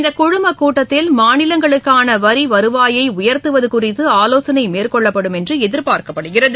இந்த குழுமக் கூட்டத்தில் மாநிலங்களுக்கான வரி வருவாயை உயர்த்துவது குறித்து ஆலோசனை மேற்கொள்ளப்படும் என்று எதிர்பார்க்கப்படுகிறது